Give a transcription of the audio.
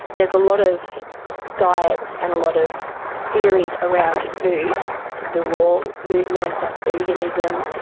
there's a lot of diets and a lot of theories around food the raw movement, veganism,